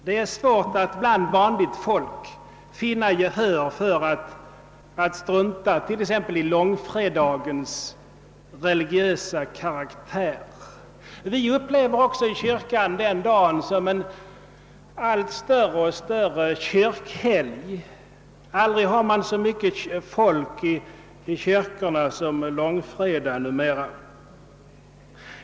Det är svårt att bland vanligt folk finna gehör för att strunta i t.ex. långfredagens religiösa karaktär. Inom kyrkans värld upplever man också den dagen som en allt större kyrkohelg. Aldrig har man så mycket folk i kyrkorna som på långfredagen numera.